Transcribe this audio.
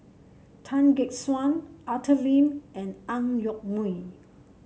Tan Gek Suan Arthur Lim and Ang Yoke Mooi